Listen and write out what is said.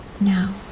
Now